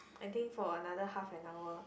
I think for another half an hour